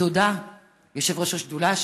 ותודה ליושב-ראש השדולה,